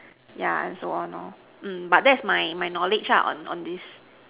yeah and so on lor mm but that's my my knowledge ah on on this